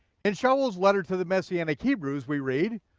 in saul's letter to the messianic hebrews, we read,